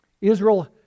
Israel